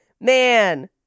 man